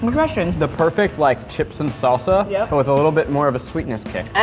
refreshing! the perfect, like chips and salsa. yep. but with a little bit more of a sweetness kick.